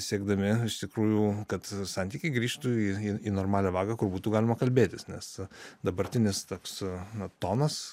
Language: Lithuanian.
siekdami iš tikrųjų kad santykiai grįžtų į į normalią vagą kur būtų galima kalbėtis nes dabartinis toks na tonas